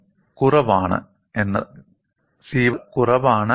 നിങ്ങൾക്കറിയാമോ ഒരു നീണ്ട വിള്ളലിന് ഒടിവ് ആരംഭിക്കുന്നതിന് ഒരു ചെറിയ സമ്മർദ്ദം ആവശ്യമാണ്